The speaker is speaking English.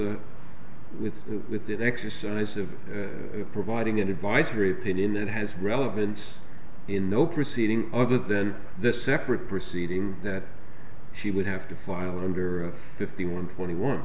a with with the exercise of providing an advisory opinion that has relevance in the proceeding other than the separate proceeding that she would have to file under fifty one twenty one